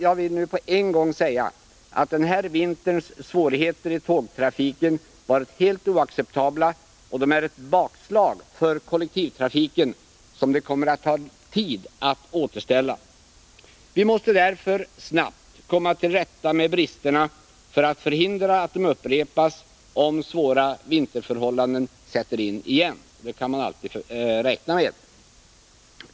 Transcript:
Jag vill nu på en gång säga att den här vinterns svårigheter i tågtrafiken har varit helt oacceptabla. De är ett bakslag för kollektivtrafiken. Vi måste därför snabbt komma till rätta med bristerna för att förhindra att de upprepas, om svåra vinterförhållanden sätter in igen, vilket vi alltid måste räkna med.